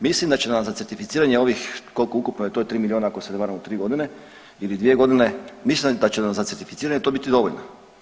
Mislim da će nam za certificiranje ovih koliko ukupno je to tri milijuna ako se ne varam u tri godine ili dvije godine, mislim da će nam za certificiranje to biti dovoljno.